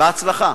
בהצלחה.